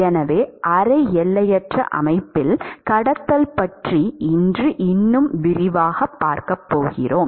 எனவே அரை எல்லையற்ற அமைப்பில் கடத்தல் பற்றி இன்று இன்னும் விரிவாகப் பார்க்கப் போகிறோம்